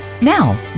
Now